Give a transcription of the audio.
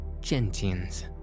Gentians